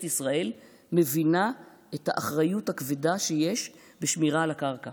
ישראל מבינה את האחריות הכבדה שיש בשמירה על הקרקע